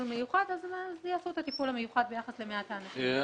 מיוחד אז יעשו את הטיפול המיוחד ביחס למעט האנשים האלה.